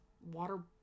water